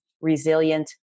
resilient